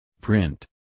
Print